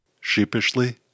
Sheepishly